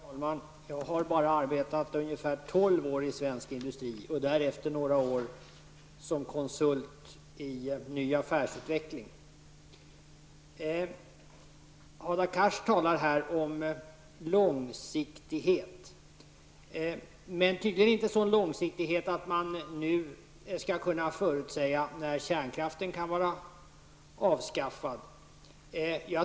Herr talman! Jag har bara arbetat ungefär tolv år i svensk industri och därefter några år som kunsult i ny affärsutveckling. Hadar Cars talar om långsiktighet, men tydligen inte om en sådan långsiktighet att man skall kunna förutsäga när kärnkraften kan vara avskaffad.